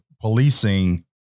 policing